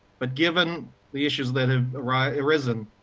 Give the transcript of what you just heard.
but given the issues that have arisen,